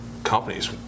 companies